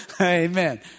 Amen